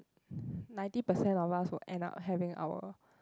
ninety percent of us will end up having our